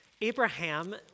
Abraham